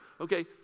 Okay